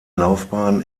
laufbahn